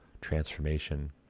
transformation